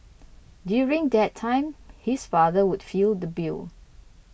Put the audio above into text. during that time his father would feel the bill